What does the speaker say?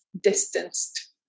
distanced